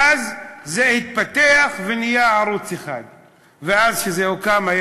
ואז זה התפתח ונהיה ערוץ 1. ואז כשזה הוקם,